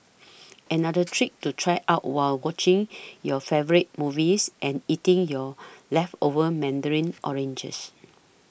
another trick to try out while watching your favourite movies and eating your leftover Mandarin oranges